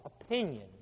opinion